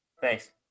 Thanks